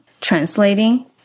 translating